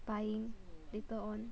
buying later on